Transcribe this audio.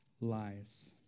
lies